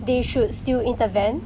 they should still intervene